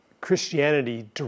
Christianity